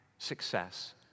Success